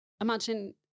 imagine